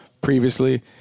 previously